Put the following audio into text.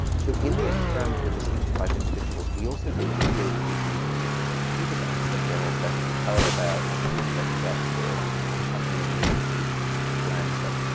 so in the experiment with the sleep-deprived individuals, we also did videotaped interviews with them. and we just asked them general questions. tell us about a and movie that you watched? or what was happening in the news this week? just bland stuff.